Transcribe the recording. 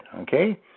okay